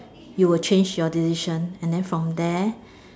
you would change your decision and then from there